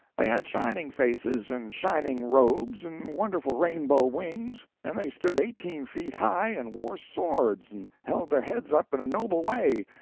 they had shining faces, and shining robes, and wonderful rainbow wings, and they stood eighteen feet high, and wore swords, and held their heads up in a noble way,